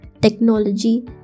Technology